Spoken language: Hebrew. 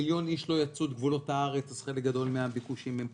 מיליון איש לא יצאו את גבולות הארץ אז חלק גדול מהביקושים הם פה.